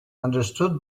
understood